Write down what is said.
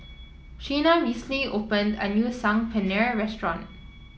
Sheena recently opened a new Saag Paneer Restaurant